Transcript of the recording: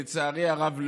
לצערי הרב,